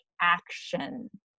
action